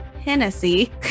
Hennessy